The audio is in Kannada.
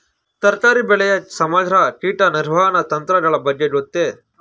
ತರಕಾರಿ ಬೆಳೆಯ ಸಮಗ್ರ ಕೀಟ ನಿರ್ವಹಣಾ ತಂತ್ರಗಳ ಬಗ್ಗೆ ಗೊತ್ತೇ?